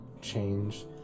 change